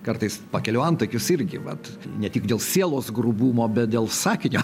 kartais pakeliu antakius irgi vat ne tik dėl sielos grubumo bet dėl sakinio